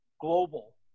global